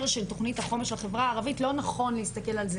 של תכנית החומש לחברה הערבית לא נכון להסתכל על זה